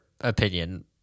opinion